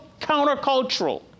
countercultural